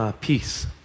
peace